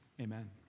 Amen